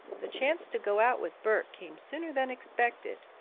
the chance to go out with bert came sooner than expected.